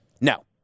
No